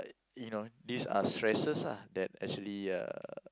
you know this are stresses lah that actually uh